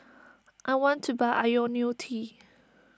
I want to buy Ionil T